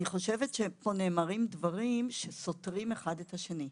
אני חושבת שנאמרים פה דברים שסותרים האחד את השני.